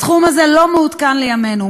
הסכום הזה לא מעודכן לימינו.